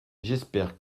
j’espère